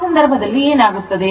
ಆ ಸಂದರ್ಭದಲ್ಲಿ ಏನಾಗುತ್ತದೆ